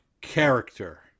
character